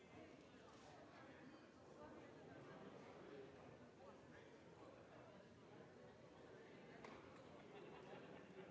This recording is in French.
Merci,